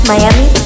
Miami